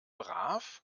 brav